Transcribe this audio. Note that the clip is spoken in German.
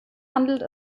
handelt